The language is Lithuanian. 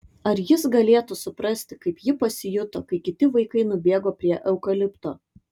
ar jis galėtų suprasti kaip ji pasijuto kai kiti vaikai nubėgo prie eukalipto